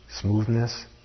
smoothness